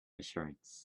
assurance